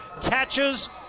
catches